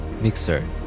Mixer